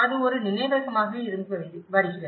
அது ஒரு நினைவகமாக இருந்து வருகிறது